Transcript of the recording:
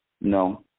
No